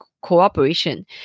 cooperation